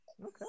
Okay